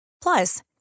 Plus